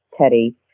Teddy